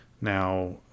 Now